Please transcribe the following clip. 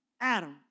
Adam